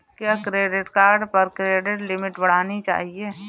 क्या credit card पर credit limit बढ़ानी चाहिए?